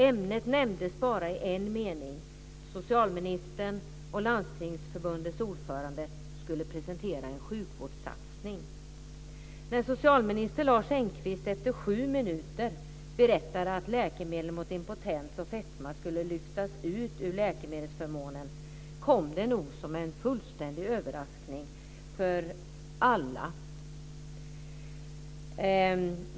Ämnet nämndes bara i en mening: Socialministern och När socialminister Lars Engqvist efter sju minuter berättade att läkemedel mot impotens och fetma skulle lyftas ut ur läkemedelsförmånen kom det nog som en fullständig överraskning för alla.